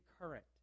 current